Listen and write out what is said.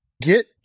Get